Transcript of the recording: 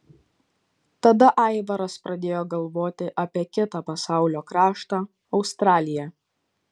tada aivaras pradėjo galvoti apie kitą pasaulio kraštą australiją